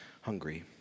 hungry